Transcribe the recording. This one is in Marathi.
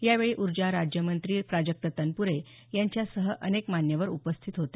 यावेळी उर्जा राज्यमंत्री प्राजक्त तनप्रे यांच्यासह अनेक मान्यवर उपस्थित होते